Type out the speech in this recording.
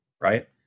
right